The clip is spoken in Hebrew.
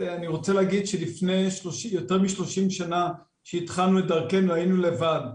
אני רוצה להגיד שלפני יותר מ-30 שנה כשהתחלנו היינו לבד,